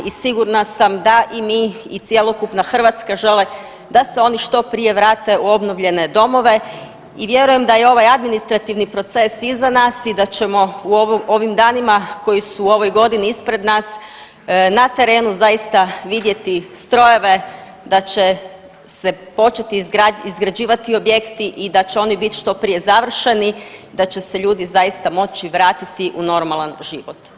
I sigurna sam da i mi i cjelokupna Hrvatska žele da se oni što prije vrate u obnovljene domove i vjerujem da je ovaj administrativni proces iza nas i da ćemo u ovim danima koji su u ovoj godini ispred nas na terenu zaista vidjeti strojeve da će se početi izgrađivati objekti i da će oni biti što prije završeni da će se ljudi zaista moći vratiti u normalan život.